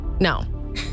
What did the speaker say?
No